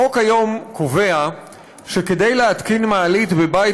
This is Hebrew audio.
החוק היום קובע שכדי להתקין מעלית בבית